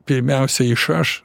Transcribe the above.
pirmiausia iš aš